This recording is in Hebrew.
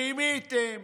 רימיתם,